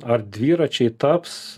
ar dviračiai taps